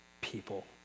people